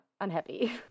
unhappy